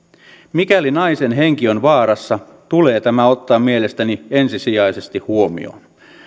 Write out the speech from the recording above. mikäli naisen henki on vaarassa tulee tämä ottaa mielestäni ensisijaisesti huomioon